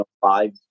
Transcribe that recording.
five